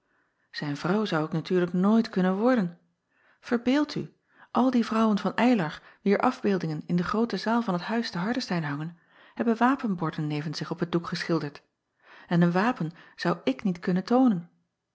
ijn vrouw zou ik natuurlijk nooit kunnen worden verbeeld u al die rouwen van ylar wier afbeeldingen in de groote zaal van t uis te ardestein hangen hebben wapenborden nevens zich op t doek geschilderd en een wapen zou ik niet kunnen toonen